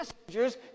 messengers